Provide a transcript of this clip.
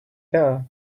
better